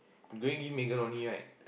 you gonna give Megan only right